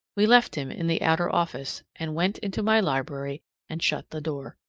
we left him in the outer office, and went into my library and shut the door.